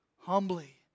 humbly